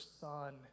son